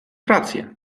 rację